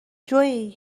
جویی